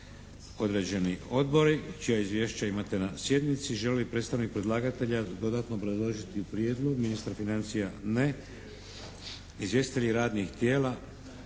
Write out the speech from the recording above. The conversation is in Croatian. određeni odbori čija izvješća imate na sjednici. Želi li predstavnik predlagatelja dodatno obrazložiti Prijedlog? Ministar financija? Ne. Izvjestitelji radnih tijela?